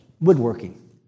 Woodworking